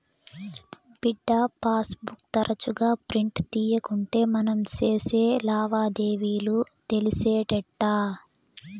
బిడ్డా, passbook తరచుగా print తీయకుంటే మనం సేసే లావాదేవీలు తెలిసేటెట్టా